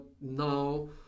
now